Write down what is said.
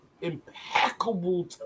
impeccable